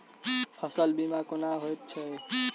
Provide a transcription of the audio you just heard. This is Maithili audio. फसल बीमा कोना होइत छै?